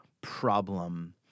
problem